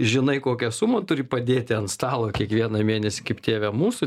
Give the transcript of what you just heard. žinai kokią sumą turi padėti ant stalo kiekvieną mėnesį kaip tėve mūsų